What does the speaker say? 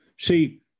See